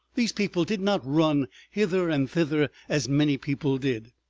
these people did not run hither and thither as many people did.